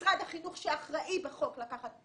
משרד החינוך, שאחראי בחוק לקחת,